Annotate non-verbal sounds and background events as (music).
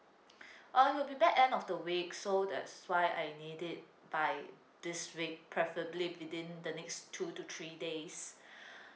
(breath) uh he'll be back end of the week so that's why I need it by this week preferably within the next two to three days (breath)